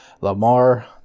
Lamar